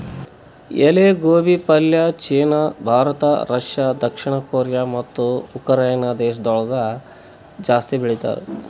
ಎಲಿ ಗೋಬಿ ಪಲ್ಯ ಚೀನಾ, ಭಾರತ, ರಷ್ಯಾ, ದಕ್ಷಿಣ ಕೊರಿಯಾ ಮತ್ತ ಉಕರೈನೆ ದೇಶಗೊಳ್ದಾಗ್ ಜಾಸ್ತಿ ಬೆಳಿತಾರ್